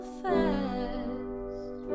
fast